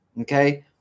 okay